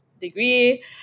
degree